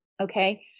Okay